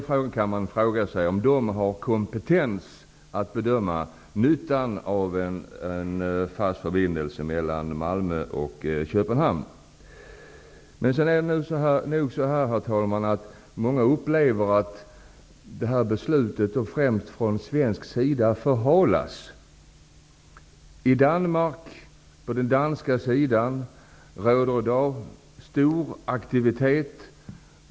Man kan fråga sig om de har kompetens att bedöma nyttan av en fast förbindelse mellan Många upplever, herr talman, att beslutet förhalas från svensk sida. På den danska sidan råder i dag stor aktivitet.